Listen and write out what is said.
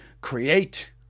create